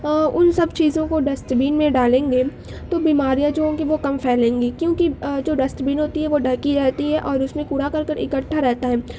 ان سب چیزوں کو ڈسٹ بین میں ڈالیں گے تو بیماریاں جو ہوں گی وہ کم پھیلیں گی کیونکہ جو ڈسٹ بین ہوتی ہے وہ ڈھکی رہتی ہے اور اس میں کوڑا کرکٹ اکٹھا رہتا ہے